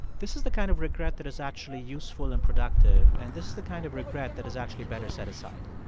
this is the kind of regret that is actually useful and productive, and this is the kind of regret that is actually better set aside?